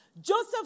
Joseph